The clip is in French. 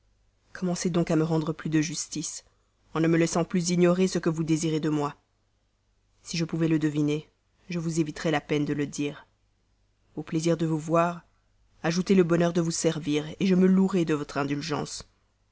commencez donc à me rendre plus de justice en ne me laissant plus ignorer ce que vous désirez de moi si je pouvais le deviner je vous éviterais la peine de le dire au plaisir de vous voir ajoutez le bonheur de vous servir je me louerai de votre indulgence